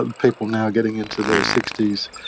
ah people now getting into their sixty s,